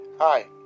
Hi